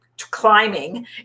climbing